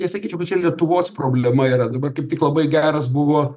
nesakyčiau bet čia lietuvos problema yra dabar kaip tik labai geras buvo